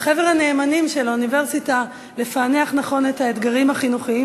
על חבר הנאמנים של האוניברסיטה לפענח נכון את האתגרים החינוכיים